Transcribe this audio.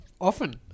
Often